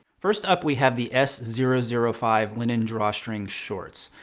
first up, we have the s zero zero five linen drawstring shorts.